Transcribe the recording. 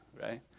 right